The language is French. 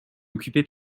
occupée